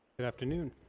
good afternoon.